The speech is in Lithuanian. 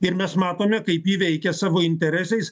ir mes matome kaip ji veikia savo interesais